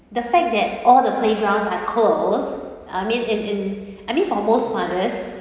the fact that all the playgrounds are close I mean it in I mean for most mothers